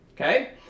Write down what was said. Okay